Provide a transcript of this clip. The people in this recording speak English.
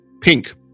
pink